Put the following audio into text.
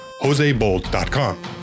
josebold.com